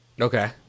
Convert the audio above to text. Okay